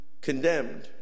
condemned